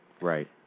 Right